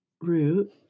root